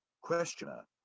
Questioner